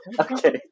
Okay